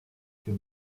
für